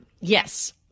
Yes